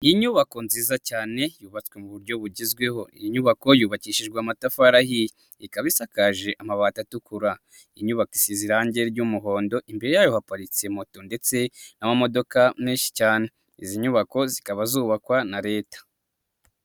Iyi nyubako nziza cyane, yubatswe mu buryo bugezweho, iyi nyubako yubakishijwe amatafari ahiye, ikaba isakaje amabati atukura, inyubako isize irangi ry'umuhondo, imbere yayo haparitse moto ndetse n'amamodoka menshi cyane, izi nyubako zikaba zubakwa na Leta.